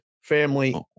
family